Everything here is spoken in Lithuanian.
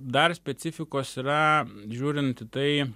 dar specifikos yra žiūrint į tai